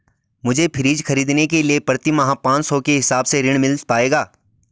मुझे फ्रीज खरीदने के लिए प्रति माह पाँच सौ के हिसाब से ऋण मिल पाएगा?